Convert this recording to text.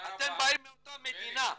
אתם באים מאותה מדינה.